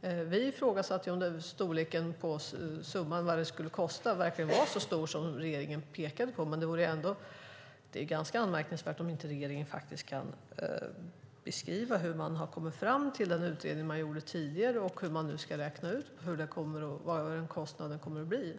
Vi ifrågasatte storleken på summan för vad det skulle kosta och om det verkligen var så mycket som regeringen pekade på. Men det är ganska anmärkningsvärt om regeringen inte kan beskriva hur man har kommit fram till den utredning som man gjorde tidigare och hur man ska räkna ut vad kostnaden kommer att bli.